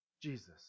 Jesus